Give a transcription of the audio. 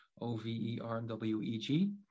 O-V-E-R-W-E-G